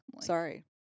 Sorry